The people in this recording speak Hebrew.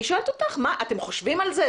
אני שואלת אותך, אתם חושבים על זה?